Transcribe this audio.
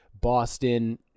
Boston